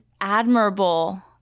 admirable